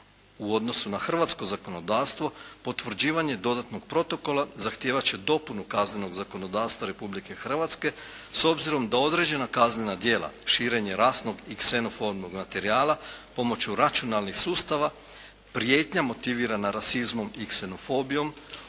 U odnosu na hrvatsko zakonodavstvo potvrđivanje dodatnog protokola zahtijevat će dopunu kaznenog zakonodavstva Republike Hrvatske s obzirom da određena kaznena djela, širenje rasnog i ksenofobnog materijala pomoću računalnih sustava, prijetnja motivirana rasizmom i ksenofobijom,